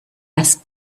asked